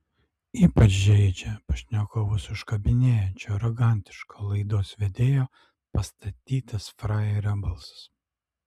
ypač žeidžia pašnekovus užkabinėjančio arogantiško laidos vedėjo pastatytas frajerio balsas